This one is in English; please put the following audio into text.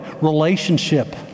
relationship